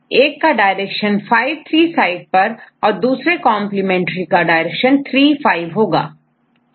एक का direction 5'3' site पर और दूसरे कंप्लीमेंट्री का डायरेक्शन 3'5 'होगा'